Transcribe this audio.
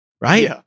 right